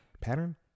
Pattern